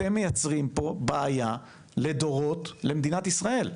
אתם מייצרים פה בעיה לדורות, למדינת ישראל.